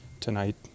Tonight